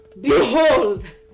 Behold